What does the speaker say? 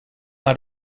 naar